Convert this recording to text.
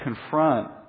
confront